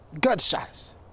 gunshots